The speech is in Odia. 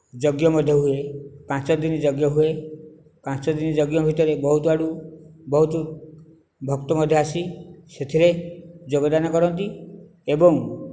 ଯଜ୍ଞ ମଧ୍ୟ ହୁଏ ପାଞ୍ଚଦିନ ଯଜ୍ଞ ହୁଏ ପାଞ୍ଚଦିନ ଯଜ୍ଞ ଭିତରେ ବହୁତ ଆଡ଼ୁ ବହୁତ ଭକ୍ତ ମଧ୍ୟ ଆସି ସେଥିରେ ଯୋଗ ଦାନ କରନ୍ତି ଏବଂ